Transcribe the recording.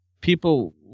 people